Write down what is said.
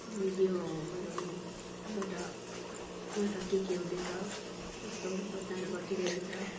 भिडियोहरूबाट कहाँ कहाँ के के हुँदैछ कस्तो घटनाहरू घटिरहेको छ